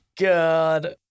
God